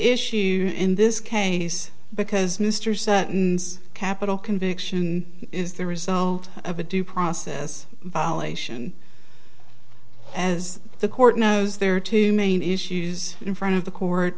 issue in this case because mr sentence capital conviction is the result of a due process and as the court knows there are two main issues in front of the court